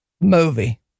Movie